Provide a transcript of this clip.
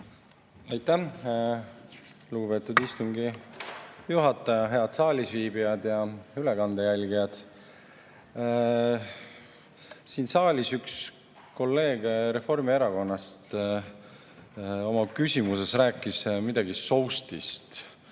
Aitäh, lugupeetud istungi juhataja! Head saalisviibijad ja ülekande jälgijad! Siin saalis üks kolleeg Reformierakonnast oma küsimuses rääkis midagi soustist.